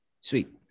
Sweet